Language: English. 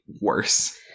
worse